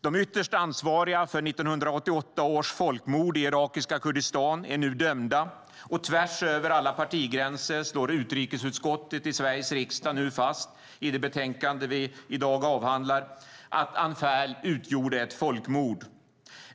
De ytterst ansvariga för 1988 års folkmord i irakiska Kurdistan är nu dömda, och tvärs över alla partigränser slår utrikesutskottet i Sveriges riksdag nu fast i det betänkande vi i dag avhandlar att Anfal utgjorde ett folkmord.